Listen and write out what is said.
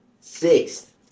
Sixth